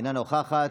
אינה נוכחת,